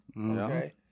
okay